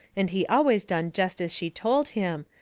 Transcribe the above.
and he always done jest as she told him,